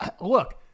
Look